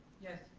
yes.